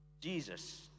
Jesus